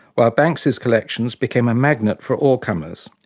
while banks's collections became a magnet for allcomers.